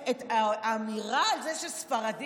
האמירה על כך שספרדי